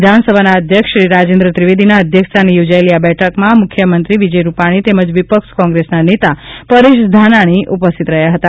વિધાનસભાના અધ્યક્ષ શ્રી રાજેન્દ્ર ત્રિવેદીના અધ્યક્ષ સ્થાને યોજાયેલી આ બેઠકમાં મુખ્યમંત્રી શ્રી વિજય રૂપાક્ષી તેમજ વિપક્ષ કોંત્રેસના નેતા શ્રી પરેશ ધાનાણી ઉપસ્થિત રહ્યા હતા